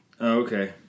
Okay